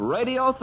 Radio